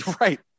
Right